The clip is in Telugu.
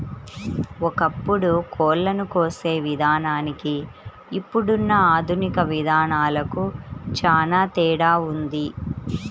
ఒకప్పుడు కోళ్ళను కోసే విధానానికి ఇప్పుడున్న ఆధునిక విధానాలకు చానా తేడా ఉంది